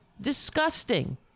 Disgusting